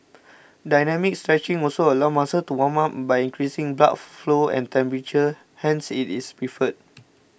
dynamic stretching also allows muscles to warm up by increasing blood flow and temperature hence it is preferred